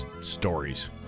stories